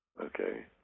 okay